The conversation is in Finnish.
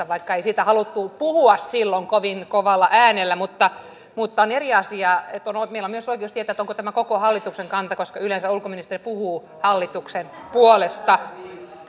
vaikka ei siitä haluttu puhua silloin kovin kovalla äänellä mutta mutta on eri asia että meillä on myös oikeus tietää onko tämä koko hallituksen kanta koska yleensä ulkoministeri puhuu hallituksen puolesta